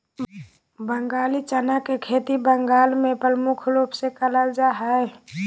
बंगाली चना के खेती बंगाल मे प्रमुख रूप से करल जा हय